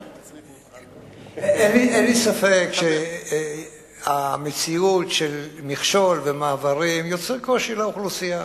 אין לי ספק שהמציאות של מכשול ומעברים יוצרת קושי לאוכלוסייה,